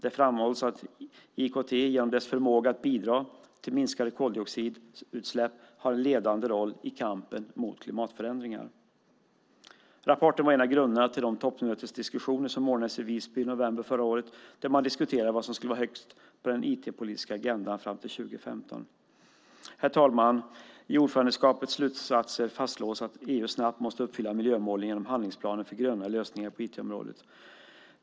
Det framhålls att IKT genom sin förmåga att bidra till minskade koldioxidutsläpp har en ledande roll i kampen mot klimatförändringar. Rapporten var en av grunderna till de toppmötesdiskussioner som ordnades i Visby i november förra året där man diskuterade vad som skulle stå högst på den IT-politiska agendan fram till 2015. Herr talman! I ordförandeskapets slutsatser fastslås att EU snabbt måste uppfylla miljömålen genom handlingsplaner för grönare lösningar på IT-området.